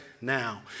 now